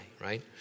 right